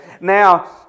now